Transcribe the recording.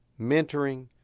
mentoring